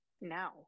now